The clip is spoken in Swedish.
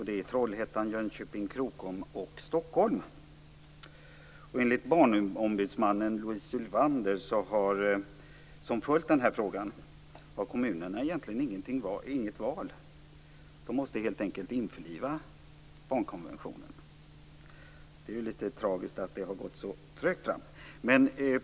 Det är Trollhättan, Jönköping, Louise Sylwander, som följt denna fråga, har kommunerna egentligen inget val. De måste helt enkelt införliva barnkonventionen. Det är litet tragiskt att det har gått så trögt.